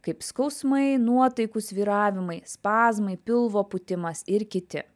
kaip skausmai nuotaikų svyravimai spazmai pilvo pūtimas ir kiti